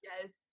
yes